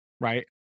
right